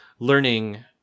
learning